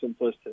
simplistic